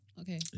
Okay